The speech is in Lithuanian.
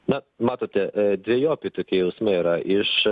na matote dvejopi tokie jausmai yra iš